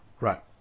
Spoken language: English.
Right